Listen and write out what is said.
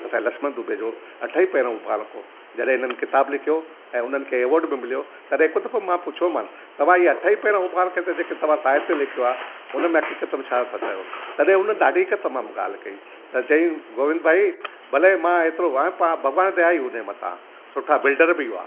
असांजे लक्ष्मन डुबे जो अठई पैरो उबाणको जॾहिं हिननि किताब लिखियो हुओ ऐं हुननि खे एवॉड बि मिलियो हुओ तॾहिं हिक दफ़ो मां पुछियोमान तव्हां ई अठई पैरो उबाणके त जेके तव्हां साहित्य लिखियो आहे हुनमें हकीकतु में छा था चयो तॾहिं हुन ॾाढी हकीकतु मां ॻाल्हि कई त चंई गोविंद भाई भले मां एतिरो आहियां पा भगवान जी दया हुइ हुनजे मथां सुठा बिल्डर बि हुआ